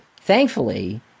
thankfully